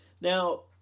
Now